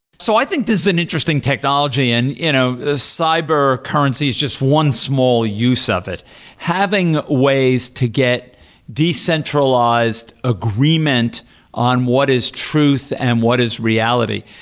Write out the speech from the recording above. so i think this is an interesting technology, and ah ah cyber currency is just one small use of it having ways to get decentralized agreement on what is truth and what is reality.